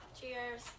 Cheers